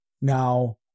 Now